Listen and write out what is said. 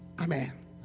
Amen